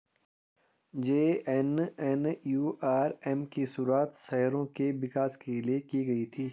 JNNURM की शुरुआत शहरों के विकास के लिए की गई थी